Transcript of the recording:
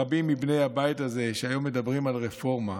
רבים מבני הבית הזה, שהיום מדברים על רפורמה,